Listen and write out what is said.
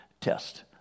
test